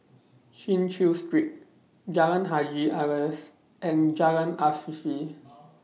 Chin Chew Street Jalan Haji Alias and Jalan Afifi